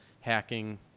hacking